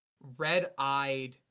red-eyed